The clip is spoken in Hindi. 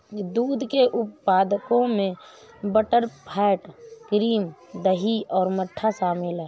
दूध के उप उत्पादों में बटरफैट, क्रीम, दही और मट्ठा शामिल हैं